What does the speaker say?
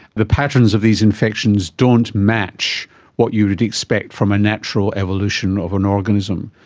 the patterns of these infections don't match what you would expect from a natural evolution of an organism.